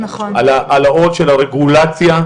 על ההלאות של הרגולציה.